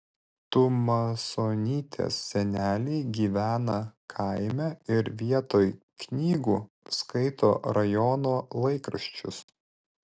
tumasonytės seneliai gyvena kaime ir vietoj knygų skaito rajono laikraščius